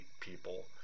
people